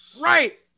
right